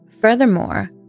Furthermore